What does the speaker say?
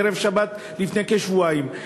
בערב שבת לפני כשבועיים.